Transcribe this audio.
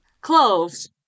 Cloves